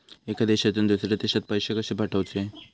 एका देशातून दुसऱ्या देशात पैसे कशे पाठवचे?